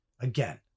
again